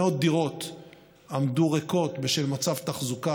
מאות דירות עמדו ריקות בשל מצב תחזוקה